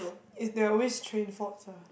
there are always train faults lah